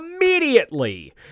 immediately